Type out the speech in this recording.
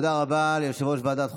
תודה רבה ליושב-ראש ועדת החוקה,